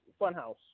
Funhouse